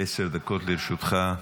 עשר דקות לרשותך.